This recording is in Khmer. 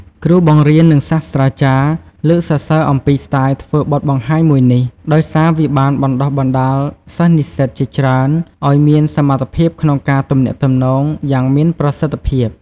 គ្រូបង្រៀន និងសាស្ត្រាចារ្យ លើកសរសើរអំពីស្ទាយធ្វើបទបង្ហាញមួយនេះ ដោយសារវាបានបណ្តុះបណ្តាលសិស្សនិស្សិតជាច្រើនឱ្យមានសមត្ថភាពក្នុងការទំនាក់ទំនងបានយ៉ាងមានប្រសិទ្ធភាព។